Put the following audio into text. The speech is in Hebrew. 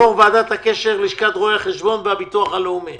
יו"ר ועדת הקשר של לשכת רואי החשבון וביטוח לאומי,